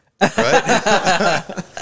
Right